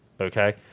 Okay